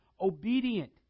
obedient